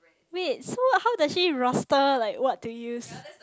wait so how does she roster like what to use